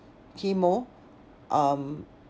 chemo um